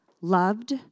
loved